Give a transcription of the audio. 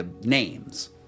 names